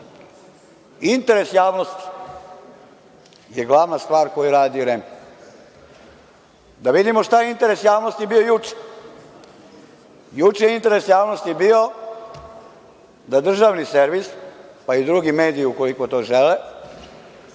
uživo. Interes javnosti je glavna stvar koju radi REM. Da vidimo šta je interes javnosti bio juče. Juče je interes javnosti bio da državni servis, pa i drugi mediji, ukoliko to žele,